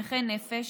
נכי נפש,